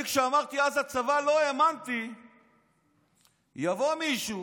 אני, כשאמרתי אז "הצבא", לא האמנתי שיבוא מישהו,